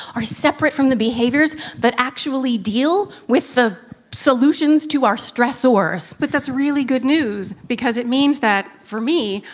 are separate from the behaviors that actually deal with the solutions to our stressors. amelia but that's really good news. because it means that, for me,